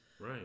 Right